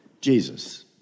Jesus